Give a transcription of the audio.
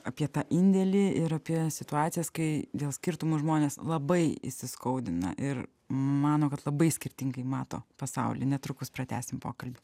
apie tą indėlį ir apie situacijas kai dėl skirtumo žmonės labai įsiskaudina ir mano kad labai skirtingai mato pasaulį netrukus pratęsim pokalbį